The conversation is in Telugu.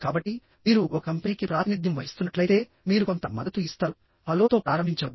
కాబట్టిమీరు ఒక కంపెనీకి ప్రాతినిధ్యం వహిస్తున్నట్లయితే మీరు కొంత మద్దతు ఇస్తారు హలోతో ప్రారంభించవద్దు